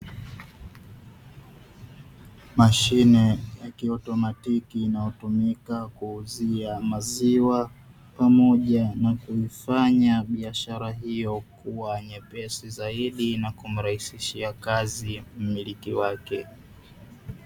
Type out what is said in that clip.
Mashine ya kiautomatiki inayo tumika kuuzia maziwa, pamoja na kufanya biashara hiyo kuwa nyepesi zaidi na kumrahisishia kazi mmiliki wake.